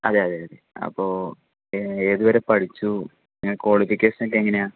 അതെയതെയതേ അപ്പോൾ ഏതുവരെ പഠിച്ചു കോളിഫിക്കേഷനൊക്കെ എങ്ങനെയാണ്